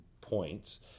points